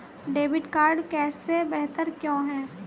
Debit card cash से बेहतर क्यों है?